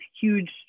huge